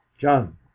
john